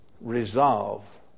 resolve